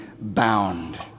bound